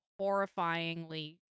horrifyingly